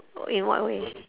in what way